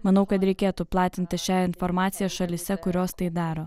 manau kad reikėtų platinti šią informaciją šalyse kurios tai daro